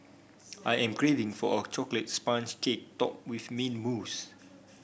I am craving for a chocolate sponge cake topped with mint mousse